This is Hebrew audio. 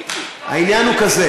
העניין הוא כזה: